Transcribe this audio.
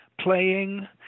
playing